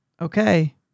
okay